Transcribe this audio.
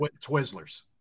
Twizzlers